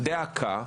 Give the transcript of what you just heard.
אך דָּא עָקָא,